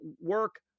work